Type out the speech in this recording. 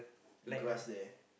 the grass there